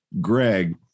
Greg